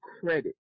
credit